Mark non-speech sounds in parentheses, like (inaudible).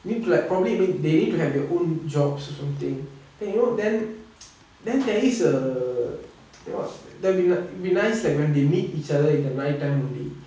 need to like probably I mean they need to have their own jobs or something then you know then (noise) then there is a you know that will be like it will be nice like when they meet each other in the nighttime only